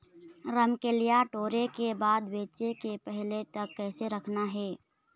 रमकलिया टोरे के बाद बेंचे के पहले तक कइसे रखना हे?